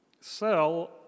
sell